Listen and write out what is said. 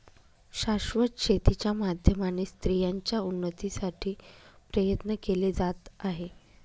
शाश्वत शेती च्या माध्यमाने स्त्रियांच्या उन्नतीसाठी प्रयत्न केले जात आहे